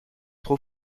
trop